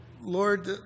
Lord